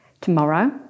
Tomorrow